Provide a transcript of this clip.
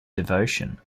devotion